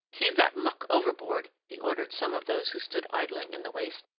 heave that muck overboard, he ordered some of those who stood idling in the waist.